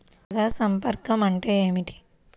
పరాగ సంపర్కం అంటే ఏమిటి?